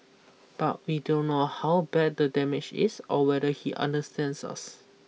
but we don't know how bad the damage is or whether he understands us